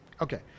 Okay